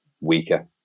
weaker